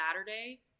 Saturday